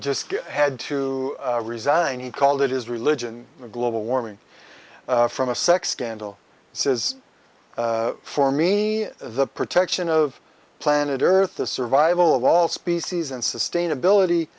just had to resign he called it his religion of global warming from a sex scandal says for me the protection of planet earth the survival of all species and sustainability